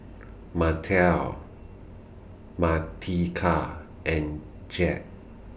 Martell Martika and Jett